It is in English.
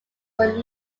were